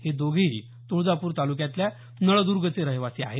हे दोघेही तुळजापूर तालुक्यातल्या नळदूर्गचे रहिवाशी आहेत